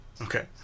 Okay